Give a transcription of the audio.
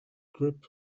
group